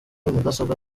mudasobwa